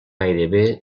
gairebé